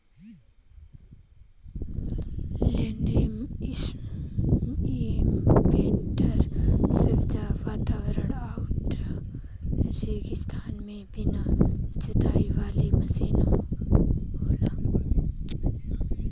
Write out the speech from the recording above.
land imprinter शुष्क वातावरण आउर रेगिस्तान में बिना जोताई वाला मशीन हौ